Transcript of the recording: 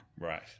right